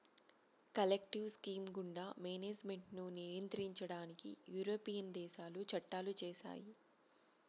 collective scheme గుండా management ను నియంత్రించడానికి యూరోపియన్ దేశాలు చట్టాలు చేశాయి